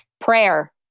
Prayer